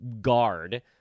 guard